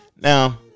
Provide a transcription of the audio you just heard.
Now